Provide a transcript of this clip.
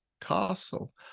castle